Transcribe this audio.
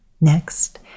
Next